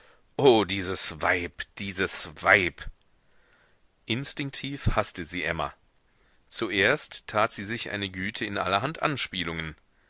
oh dieses weib dieses weib instinktiv haßte sie emma zuerst tat sie sich eine güte in allerhand anspielungen